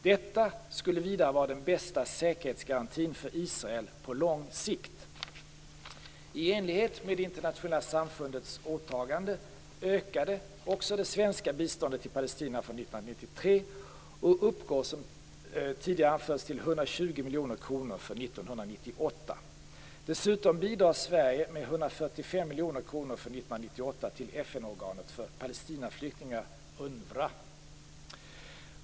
Detta skulle vidare vara den bästa säkerhetsgarantin för Israel på lång sikt. I enlighet med det internationella samfundets åtagande ökade också det svenska biståndet till palestinierna från 1993 och uppgår till 120 miljoner kronor för 1998. Dessutom bidrar Sverige med 145 miljoner kronor för 1998 till FN-organet för Palestinaflyktingar, UNRWA.